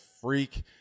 freak